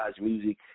music